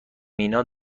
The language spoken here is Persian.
مینا